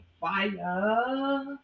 fire